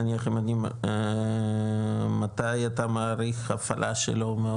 נניח אם אני מתי אתה מעריך הפעלה שלו?